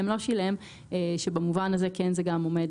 או לא שילם שבמובן הזה זה כן גם עומד